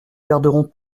garderons